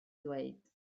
ddweud